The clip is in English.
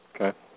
Okay